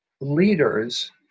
leaders